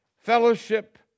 Fellowship